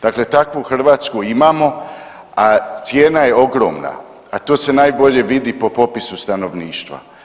Dakle, takvu Hrvatsku imamo, a cijena je ogromna, a to se najbolje vidi po popisu stanovništva.